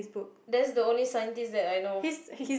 that's the only scientist that I know